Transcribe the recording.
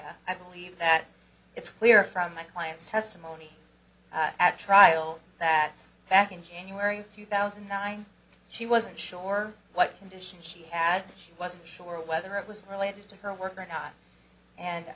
i i believe that it's clear from my client's testimony at trial that's back in january two thousand and nine she wasn't sure what condition she had she wasn't sure whether it was related to her work or not and